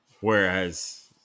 whereas